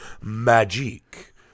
magic